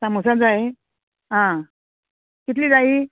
सामोसा जाय आं कितली जायी